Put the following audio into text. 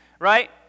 right